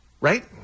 Right